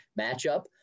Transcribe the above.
matchup